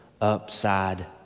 upside